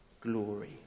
glory